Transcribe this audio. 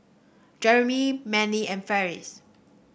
Jeremy Manly and Farris